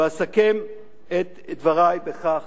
ואסכם את דברי בכך